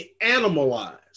animalized